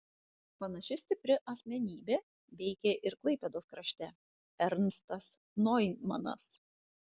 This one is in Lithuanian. panaši stipri asmenybė veikė ir klaipėdos krašte ernstas noimanas